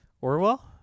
Orwell